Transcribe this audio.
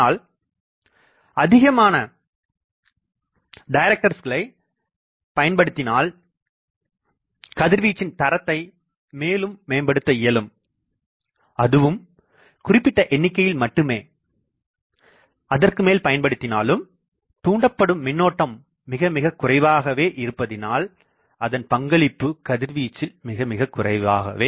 ஆனால்அதிகமான டைரக்டர்ஸ்களை பயன்படுத்தினால் கதிர்வீச்சின் தரத்தை மேலும் மேம்படுத்த இயலும் அதுவும் குறிப்பிட்ட எண்ணிக்கையில் மட்டுமே அதற்குமேல் பயன்படுத்தினாலும் தூண்டப்படும் மின்னோட்டம் மிக மிக குறைவாகவே இருப்பதினால் அதன் பங்களிப்பு கதிர்வீச்சில் மிக மிகக் குறைவே